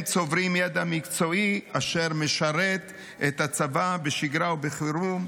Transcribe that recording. הם צוברים ידע מקצועי אשר משרת את הצבא בשגרה ובחירום,